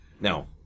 Now